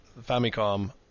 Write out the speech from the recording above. Famicom